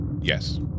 yes